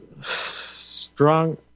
strong